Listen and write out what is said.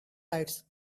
lights